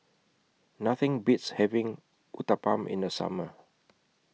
Nothing Beats having Uthapam in The Summer